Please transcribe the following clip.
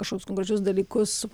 kažkokius konkrečius dalykus